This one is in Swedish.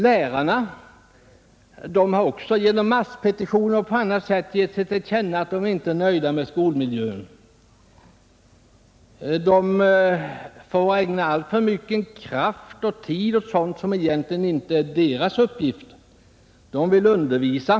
Lärarna har också genom masspetioner och på annat sätt gett till känna att de inte är nöjda med skolmiljön. De får ägna alltför mycken kraft och tid åt sådant som egentligen inte är deras uppgift. De vill undervisa.